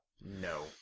No